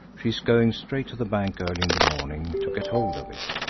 she is going straight to the bank, early in the morning, to get hold of it.